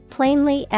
Plainly